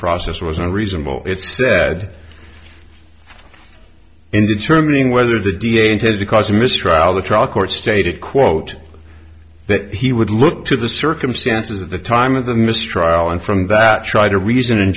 process was a reasonable it said in determining whether the da intended to cause a mistrial the trial court stated quote that he would look to the circumstances of the time of the mistrial and from that try to reason and